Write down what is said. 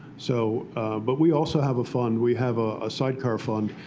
so but we also have a fund. we have a sidecar fund.